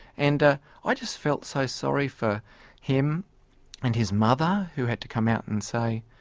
and i just felt so sorry for him and his mother who had to come out and say,